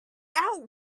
out